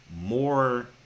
more